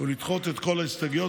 ולדחות את כל ההסתייגויות.